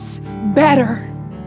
better